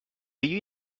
you